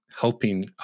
helping